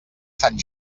sant